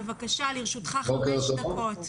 לרשותך חמש דקות.